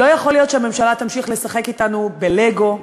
לא יכול להיות שהממשלה תמשיך לשחק אתנו בלגו,